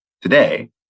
today